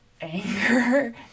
anger